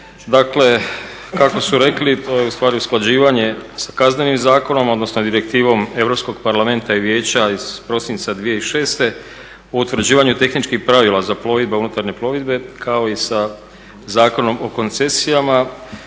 Dakle kako su rekli ovo je ustvari usklađivanje sa Kaznenim zakonom, odnosno Direktivom Europskog parlamenta i Vijeća iz prosinca 2006. o utvrđivanju tehničkih pravila za plovidbe unutarnje plovidbe kao i sa Zakonom o koncesijama